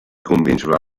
convincerlo